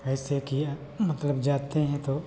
ऐसे की मतलब जाते हैं तो